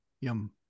yum